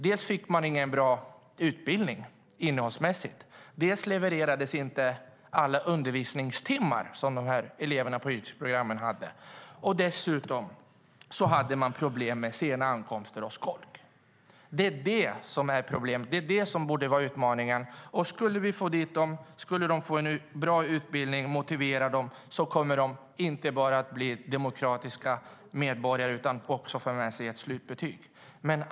Dels fick eleverna ingen bra utbildning innehållsmässigt, dels levererades inte alla undervisningstimmar som eleverna på yrkesprogrammen hade, och dessutom var det problem med sena ankomster och skolk. Det är problemet. Det är det som borde vara utmaningen. Skulle vi få dit dem och motivera dem skulle de få en bra utbildning och inte bara bli demokratiska medborgare utan också få med sig ett slutbetyg.